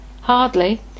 Hardly